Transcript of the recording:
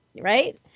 Right